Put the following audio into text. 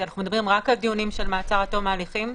אנחנו מדברים רק על דיונים של מעצר עד תום ההליכים,